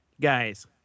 guys